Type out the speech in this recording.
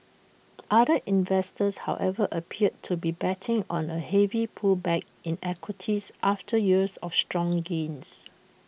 other investors however appear to be betting on A heavy pullback in equities after years of strong gains